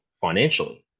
financially